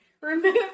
remove